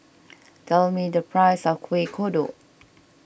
tell me the price of Kuih Kodok